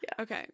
Okay